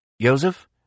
Joseph